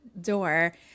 door